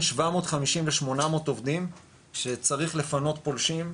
750 ל-800 עובדים שצריך לפנות פולשים,